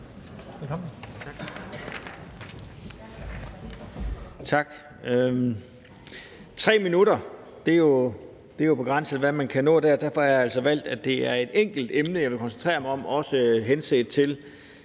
Tak. Det er jo begrænset, hvad man kan nå på 3 minutter, og derfor har jeg altså valgt, at det er et enkelt emne, jeg vil koncentrere mig om, også henset til